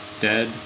Dead